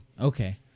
Okay